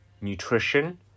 nutrition